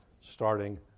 starting